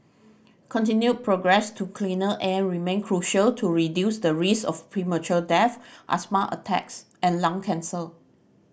continued progress to cleaner air remain crucial to reduce the risk of premature death asthma attacks and lung cancer